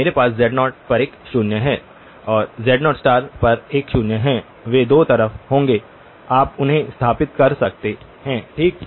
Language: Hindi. मेरे पास z0 पर एक शून्य है z0 पर एक शून्य है वे दो तरफ होंगे आप उन्हें स्थापित कर सकते हैं ठीक